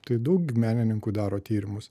tai daug menininkų daro tyrimus